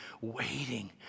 waiting